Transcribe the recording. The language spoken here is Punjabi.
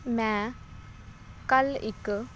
ਮੈਂ ਕੱਲ੍ਹ ਇੱਕ